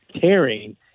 caring